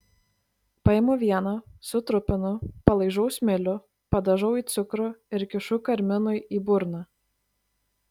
paimu vieną sutrupinu palaižau smilių padažau į cukrų ir kišu karminui į burną